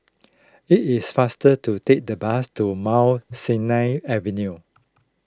it is faster to take the bus to Mount Sinai Avenue